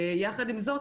יחד עם זאת,